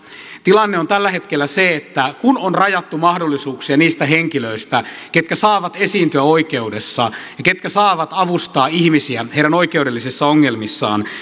tilanne on tällä hetkellä se että kun on rajattu mahdollisuuksia niistä henkilöistä ketkä saavat esiintyä oikeudessa ja ketkä saavat avustaa ihmisiä heidän oikeudellisissa ongelmissaan